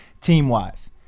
team-wise